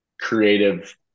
creative